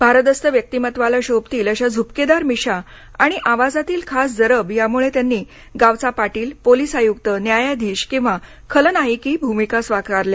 भारदस्त व्यक्तिमत्त्वाला शोभतील अशा झुपकेदार मिशा आणि आवाजातील खास जरब यामुळे त्यांनी गावचा पाटील पोलीस आयुक्त न्यायाधीश किंवा खलनायकी भूमिका साकारल्या